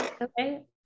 Okay